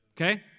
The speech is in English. Okay